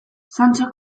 santxok